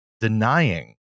denying